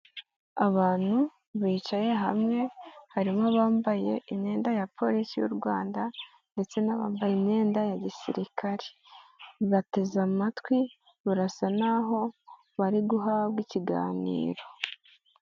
Abantu bicaye hamwe harimo abambaye imyenda ya Polisi y'u Rwanda ndetse n'abambaye imyenda ya gisirikare, bateze amatwi barasa n'aho bari guhabwa ikiganiro.